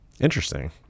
Interesting